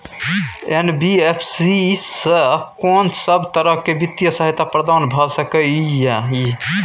NBFC स कोन सब तरह के वित्तीय सहायता प्रदान भ सके इ? इ